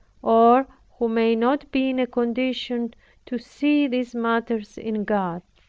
or who may not be in a condition to see these matters in god.